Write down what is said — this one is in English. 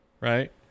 right